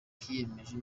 kiyemeje